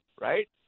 right